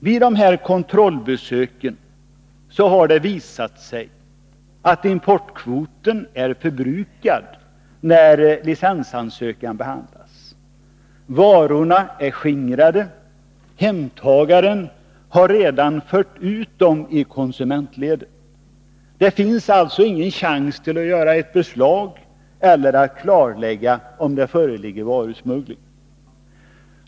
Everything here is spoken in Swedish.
Vid kontrollbesök visar det sig att importkvoten är förbrukad när licensansökan behandlas. Varorna är skingrade, hemtagarna har redan fört ut dem i konsumentledet. Det finns alltså ingen chans vare sig att göra ett beslag eller att klarlägga om det föreligger varusmuggling.